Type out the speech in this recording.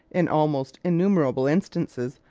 in almost innumerable instances,